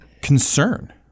concern